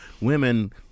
women